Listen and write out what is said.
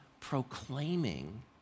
proclaiming